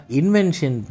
invention